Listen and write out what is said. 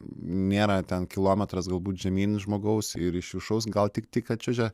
nėra ten kilometras galbūt žemyn žmogaus ir iš viršaus gal tik tik atčiuožia